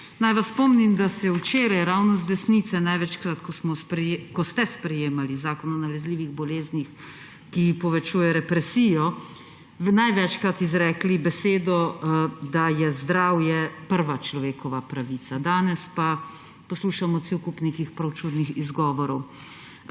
Naj vas spomnim, da ste včeraj ravno z desnice, ko ste sprejemali Zakon o nalezljivih boleznih, ki povečuje represijo, največkrat izrekli besedo, da je zdravje prva človekova pravica. Danes pa poslušamo cel kup nekih prav čudnih izgovorov.